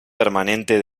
permanente